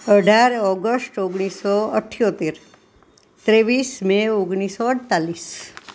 અઢાર ઓગસ્ટ ઓગણીસો અઠયોતેર ત્રેવીસ બે ઓગણીસો અડતાળીસ